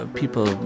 people